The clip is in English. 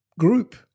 group